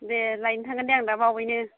दे लायनो थांगोन दे आं दा बावैनो